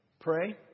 Pray